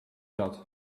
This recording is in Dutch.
dat